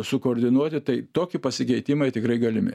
sukoordinuoti tai toki pasikeitimai tikrai galimi